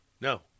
No